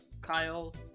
Kyle